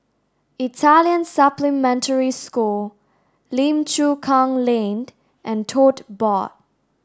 Italian Supplementary School Lim Chu Kang Lane and Tote Board